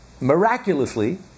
miraculously